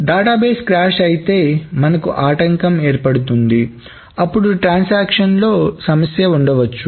database crash అయితే మనకు ఆటంకం ఏర్పడుతుంది అప్పుడు ట్రాన్సాక్షన్ లో సమస్య ఉండవచ్చు